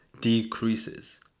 decreases